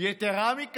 אז נהיה רופסים כמוכם.